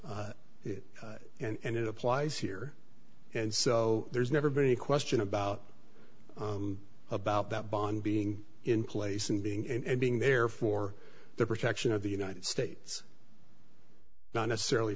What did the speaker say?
t and it applies here and so there's never been any question about about that bond being in place and being and being there for the protection of the united states not necessarily